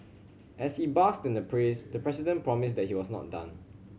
as he basked in the praise the president promised that he was not done